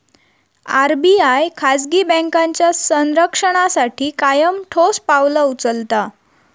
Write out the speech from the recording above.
RBI खाजगी बँकांच्या संरक्षणासाठी कायम ठोस पावला उचलता